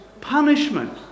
punishment